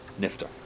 Nifter